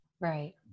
Right